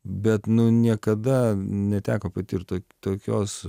bet nu niekada neteko patirt to tokios